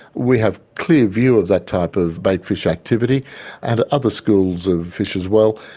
we have clear view of that type of baitfish activity and other schools of fish as well,